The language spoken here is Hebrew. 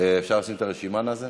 אפשר לשים את הרשימה, נאזם?